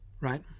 right